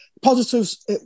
positives